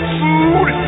food